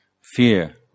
fear